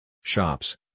Shops